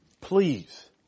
Please